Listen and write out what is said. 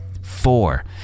Four